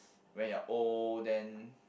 when you're old then